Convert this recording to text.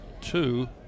two